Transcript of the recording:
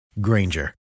Granger